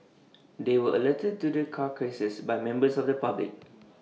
they were alerted to the carcasses by members of the public